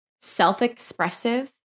self-expressive